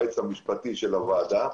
היועץ המשפטי של הוועדה.